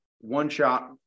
one-shot